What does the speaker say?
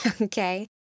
Okay